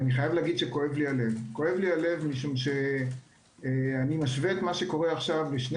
אני חייב לומר שכואב לי הלב כי אני משווה את מה שקורה עכשיו לשני